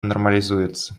нормализуется